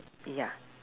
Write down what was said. ya